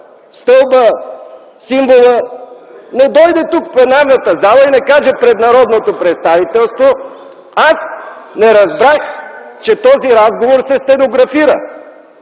Стълбът, Символът не дойде тук в пленарната зала и не каже пред народното представителство: „Аз не разбрах, че този разговор се стенографира”.